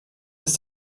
ist